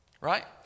Right